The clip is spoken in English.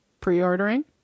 pre-ordering